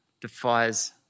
defies